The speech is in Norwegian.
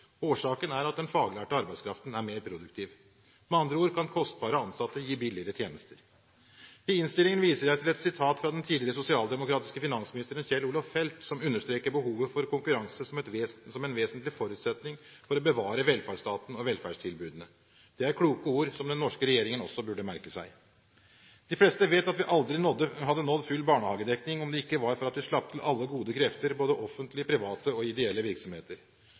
Årsaken er at den faglærte arbeidskraften er mer produktiv. Med andre ord kan kostbare ansatte gi billigere tjenester. I innstillingen viser jeg til et sitat fra den tidligere sosialdemokratiske finansministeren Kjell-Olof Feldt, som understreker behovet for konkurranse som en vesentlig forutsetning for å bevare velferdsstaten og velferdstilbudene. Det er kloke ord som den norske regjeringen også burde merke seg. De fleste vet at vi aldri hadde nådd full barnehagedekning om det ikke var for at vi slapp til alle gode krefter, både offentlige, private og ideelle virksomheter.